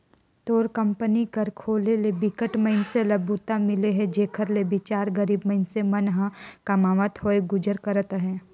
तोर कंपनी कर खोले ले बिकट मइनसे ल बूता मिले हे जेखर ले बिचार गरीब मइनसे मन ह कमावत होय गुजर करत अहे